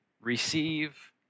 receive